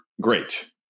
great